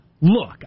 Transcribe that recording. Look